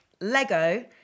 Lego